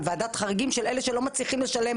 ועדת חריגים לגבי אלו שלא מצליחים לשלם,